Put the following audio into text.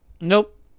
Nope